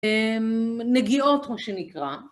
נגיעות, כמו שנקרא.